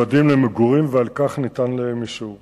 רצוני לשאול: